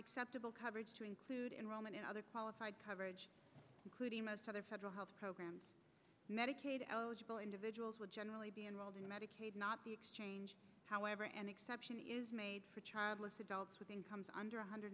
acceptable coverage to include enrollment and other qualified coverage including most other federal health programs medicaid eligible individuals will generally be enrolled in medicaid not the exchange however an exception is made for childless adults with incomes under one hundred